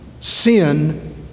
sin